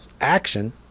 action